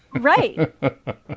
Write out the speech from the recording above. Right